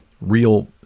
real